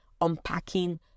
unpacking